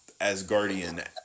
Asgardian